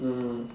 mm